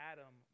Adam